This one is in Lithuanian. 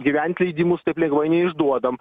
gyventi leidimus taip lengvai neišduodam